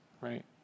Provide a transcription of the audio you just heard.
right